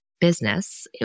business